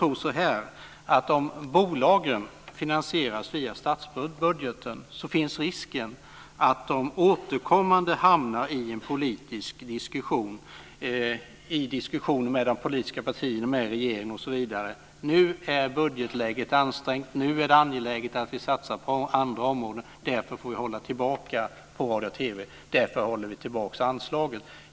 Om bolagen finansieras via statsbudgeten finns risken att de återkommande hamnar i en politisk diskussion med de politiska partierna, regeringen osv. Man skulle kunna säga: Nu är budgetläget ansträngt, och det är angeläget att vi satsar på andra områden. Därför får vi hålla tillbaka på radio och TV, och därför håller vi tillbaka anslagen.